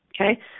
Okay